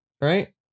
right